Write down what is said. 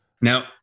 now